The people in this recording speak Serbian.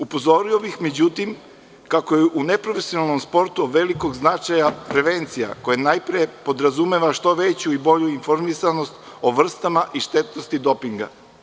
Upozorio bih kako je u neprofesionalnom sportu od velikog značaja prevencija, koja najpre podrazumeva što veću i bolju informisanost o vrstama i štetnosti dopinga.